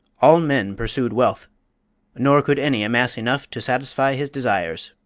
all men pursued wealth nor could any amass enough to satisfy his desires.